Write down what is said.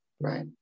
Right